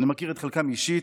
אני מכיר את חלקם אישית,